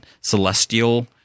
celestial